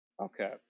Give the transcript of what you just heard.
Okay